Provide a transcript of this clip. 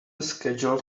schedule